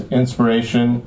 inspiration